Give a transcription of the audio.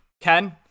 ken